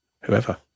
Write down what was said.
whoever